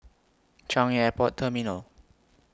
Changi Airport Terminal